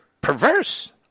perverse